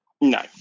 No